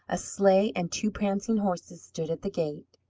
a sleigh and two prancing horses stood at the gate.